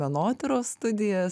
menotyros studijas